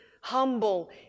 humble